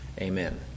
Amen